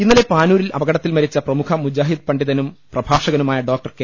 ഇന്നലെ പാനൂരിൽ അപകടത്തിൽ മരിച്ച പ്രമുഖ മുജാഹിദ് പണ്ഡിതനും പ്രഭാഷകനുമായ ഡോക്ടർ കെ